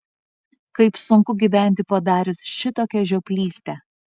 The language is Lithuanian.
kaip sunku gyventi padarius šitokią žioplystę